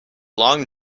long